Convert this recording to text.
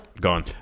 gone